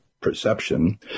perception